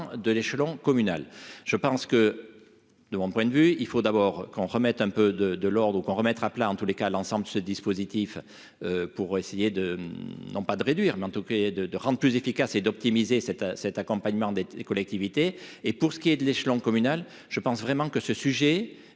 de l'échelon communal, je pense que, de mon point de vue, il faut d'abord qu'on remette un peu de, de l'ordre au remettre à plat, en tous les cas, l'ensemble de ce dispositif pour essayer de, non pas de réduire tout créer de de rentre plus efficace et d'optimiser cet cet accompagnement des des collectivités et pour ce qui est de l'échelon communal, je pense vraiment que ce sujet